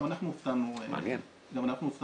גם אנחנו הופתענו לגלות.